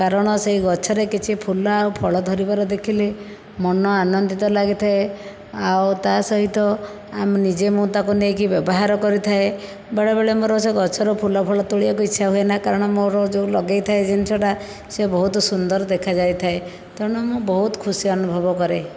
କାରଣ ସେହି ଗଛରେ କିଛି ଫୁଲ ଆଉ ଫଳ ଧରିବାର ଦେଖିଲେ ମନ ଆନନ୍ଦିତ ଲାଗିଥାଏ ଆଉ ତା ସହିତ ନିଜେ ମୁଁ ତାକୁ ନେଇକି ବ୍ୟବହାର କରିଥାଏ ବେଳେ ବେଳେ ମୋର ସେ ଗଛର ଫୁଲ ଫୁଲ ତୋଲିବାକୁ ଇଚ୍ଛା ହୁଏନା କାରଣ ମୋର ଯେଉଁ ଲଗାଇଥାଏ ଜିନିଷଟା ସେ ବହୁତ ସୁନ୍ଦର ଦେଖା ଯାଇଥାଏ ତେଣୁ ମୁଁ ବହୁତ ଖୁସି ଅନୁଭବ କରେ